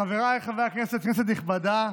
חבריי חברי הכנסת, כנסת נכבדה,